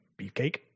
beefcake